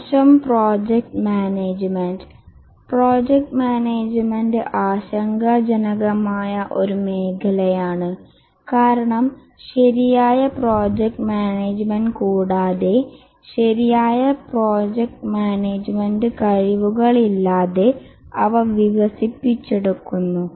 മോശം project management project management ആശങ്കാജനകമായ ഒരു മേഖലയാണ് കാരണം ശരിയായ പ്രോജക്റ്റ് മാനേജർ കൂടാതെ ശരിയായ പ്രോജക്റ്റ് മാനേജുമെന്റ് കഴിവുകളില്ലാതെ അവ വികസിപ്പിച്ചെടുക്കുന്നു